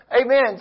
Amen